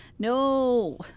No